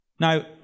Now